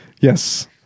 Yes